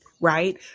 right